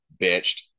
bitched